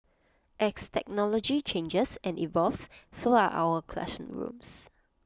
as technology changes and evolves so are our classrooms